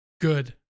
good